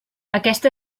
aquesta